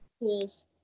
tools